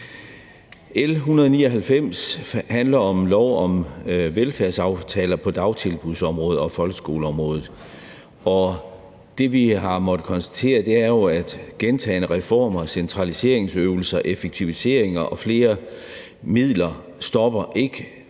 L 199 handler om lov om velfærdsaftaler på dagtilbudsområdet og folkeskoleområdet. Det, vi har måttet konstatere, er jo, at gentagne reformer, centraliseringsøvelser, effektiviseringer og flere midler stopper med